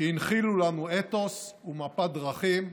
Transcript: שהנחילו לנו אתוס ומפת דרכים,